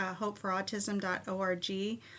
hopeforautism.org